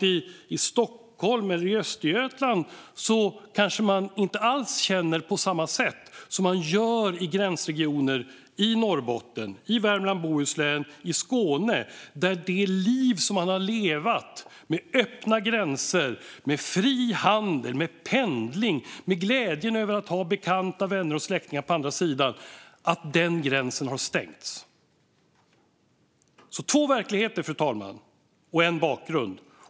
I Stockholm eller i Östergötland kanske man inte alls känner på samma sätt som man gör i gränsregionerna i Norrbotten, i Värmland, i Bohuslän och i Skåne där man har levt ett liv med öppna gränser, med fri handel, med pendling och med glädjen över att ha bekanta, vänner och släktingar på andra sidan gränsen och där nu den gränsen har stängts. Vi har alltså två verkligheter, fru talman, och en bakgrund.